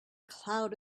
cloud